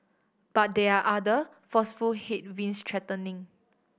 but there are other forceful headwinds threatening